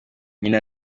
nyina